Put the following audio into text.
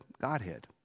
Godhead